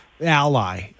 ally